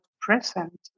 present